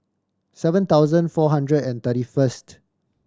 seven thousand four hundred and thirty first